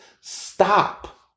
stop